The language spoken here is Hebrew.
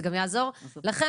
זה גם יעזור לכם,